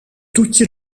toetje